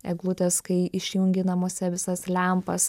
eglutės kai išjungi namuose visas lempas